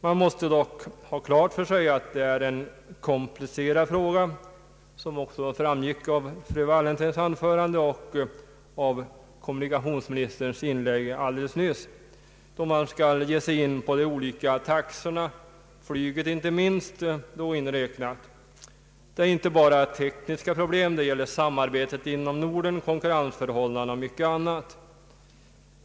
Man måste dock ha klart för sig att det är en komplicerad fråga, vilket också framgick av fru Wallentheims anförande och av kommunikationsministerns inlägg alldeles nyss, då man skall ge sig in på de olika taxorna inte minst då flygets. Det gäller inte bara tekniska problem utan även samarbetet i Norden, konkurrensförhållandena och mycket annat.